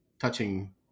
touching